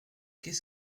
qu’est